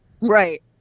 Right